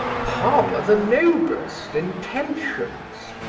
harbour the noblest intentions,